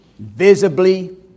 visibly